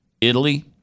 Italy